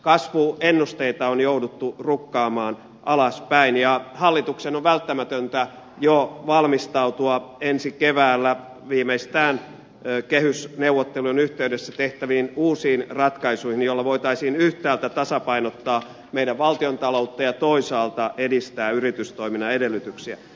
kasvuennusteita on jouduttu rukkaamaan alaspäin ja hallituksen on välttämätöntä jo valmistautua ensi keväänä viimeistään kehysneuvottelujen yhteydessä tehtäviin uusiin ratkaisuihin joilla voitaisiin yhtäältä tasapainottaa meidän valtiontalouttamme ja toisaalta edistää yritystoiminnan edellytyksiä